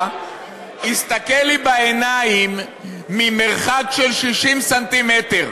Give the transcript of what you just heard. הסתכל לי בעיניים ממרחק של 60 סנטימטר,